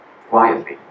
quietly